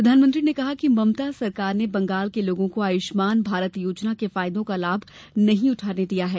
प्रधानमंत्री ने कहा कि ममता सरकार ने बंगाल के लोगों को आयुष्मान भारत योजना के फायदों का लाभ नहीं उठाने दिया है